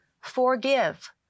Forgive